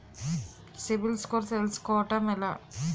CIBIL score తెల్సుకోటం ఎలా?